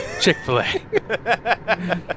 Chick-fil-A